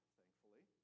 thankfully